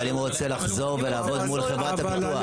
אבל אם הוא רוצה לחזור ולעבוד מול חברת הביטוח.